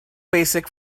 basic